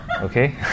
Okay